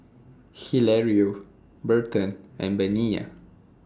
Hilario Berton and Bina